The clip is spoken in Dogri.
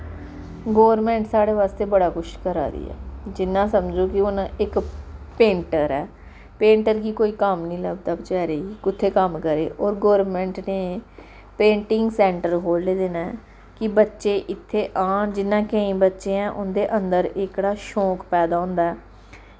गौरमेंट साढ़े वास्तै बड़ा कुछ करा दी ऐ जियां समझो कि हून इक पेंटर ऐ पेंटर गी कोई कम्म निं लब्दा बेचारे गी कुत्थे कम्म करे और गौरमेंट ने पेंटिंग सैंटर खोल्ले दे न कि बच्चे इत्थैं आन जियां केईं बच्चे ऐं उंदे अंदर एह्कड़ा शौंक पैदा होंदा ऐ